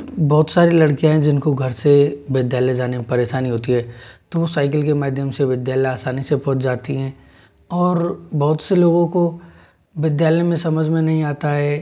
बहुत सारी लड़कियां हैं जिनको घर से विद्यालय जाने में परेशानी होती है तो वो साइकिल के माध्यम से विद्यालय आसानी से पहुंच जाती हैं और बहुत से लोगों को विद्यालय में समझ में नहीं आता है